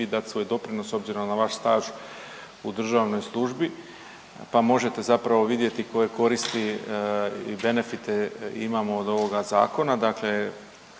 vi dat svoj doprinos obzirom na vaš staž u državnoj službi, pa možete zapravo vidjeti koje koristi i benefite imamo od ovoga zakona,